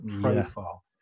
profile